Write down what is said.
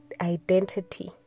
identity